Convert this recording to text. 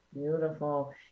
Beautiful